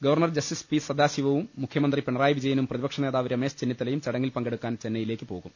governor justice P സദാശിവവും മുഖ്യ മന്ത്രി പിണറായി വിജയനും പ്രതിപക്ഷ നേതാവ് രമേശ് ചെന്നി ത്തലയും ചടങ്ങിൽ പങ്കെടുക്കാൻ ചെന്നൈയിലേക്ക് പോകും